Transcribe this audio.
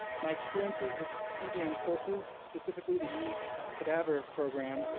my experiences with cbn courses, specifically the unique cadaver program,